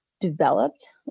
developed